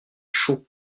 chaud